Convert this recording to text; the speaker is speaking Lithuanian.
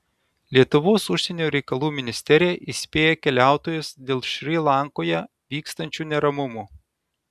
lietuvos užsienio reikalų ministerija įspėja keliautojus dėl šri lankoje vykstančių neramumų